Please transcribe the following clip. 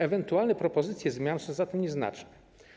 Ewentualne propozycje zmian są zatem nieznaczne.